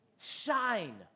Shine